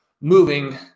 moving